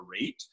rate